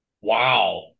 Wow